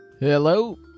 Hello